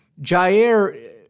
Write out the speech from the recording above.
Jair